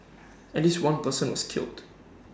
at least one person was killed